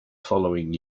following